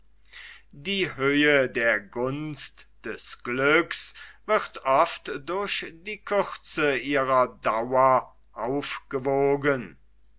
die höhe der gunst des glücks wird oft durch die kürze ihrer dauer aufgewogen